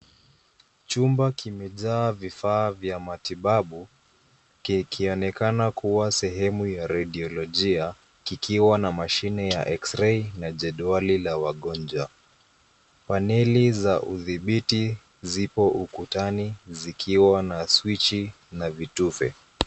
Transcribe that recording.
Chumba kimejaa vifaa vya matibabu ,kikionekana kuwa sehemu ya rediolojia kikiwa na mashine ya x-ray na jedwali la wagonjwa. Paneli za udhibiti zipo ukutani zikiwa na swichi na vitufe.